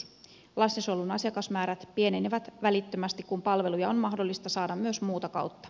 lastensuojelun asiakasmäärät pienenevät välittömästi kun palveluja on mahdollista saada myös muuta kautta